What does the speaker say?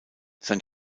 sein